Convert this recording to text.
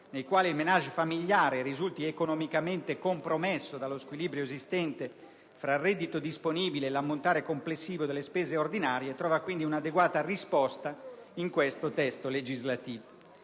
nei quali il *ménage* familiare risulti economicamente compromesso dallo squilibrio esistente fra reddito disponibile ed ammontare complessivo delle spese ordinarie trova quindi un'adeguata risposta in questo testo legislativo.